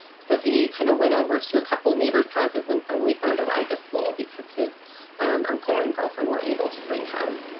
so he kind of went over to a couple neighbors houses and finally found a ride to school because his uncle and girlfriend weren't able to bring him.